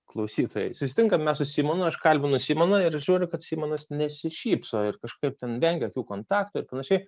klausytojai susitinkam su simonu aš kalbinu simoną ir žiūriu kad simonas nesišypso ir kažkaip ten vengia akių kontakto ir panašiai